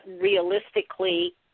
realistically